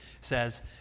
says